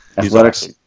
Athletics